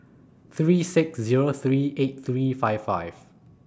three six Zero three eight three five five